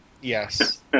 Yes